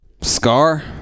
Scar